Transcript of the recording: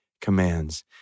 commands